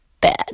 bad